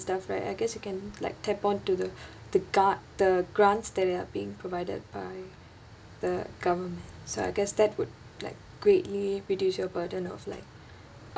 stuff right I guess you can like tap onto the the grant~ the grants that they're being provided by the government so I guess that would like greatly reduce your burden of like